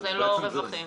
זה המחזור, זה לא רווחים.